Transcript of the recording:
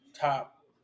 top